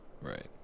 Right